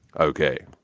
ok.